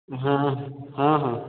ହଁ ହଁ ହଁ